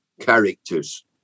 characters